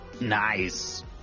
Nice